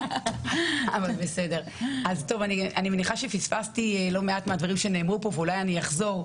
אז אני מניחה שפספסתי לא מעט מהדברים שנאמרו פה ואולי אני אחזור,